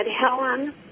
Helen